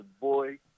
boy